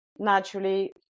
naturally